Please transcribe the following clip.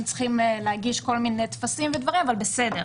צריכים להגיש כל מיני טפסים ודברים אבל בסדר.